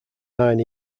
nine